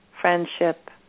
friendship